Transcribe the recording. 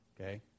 Okay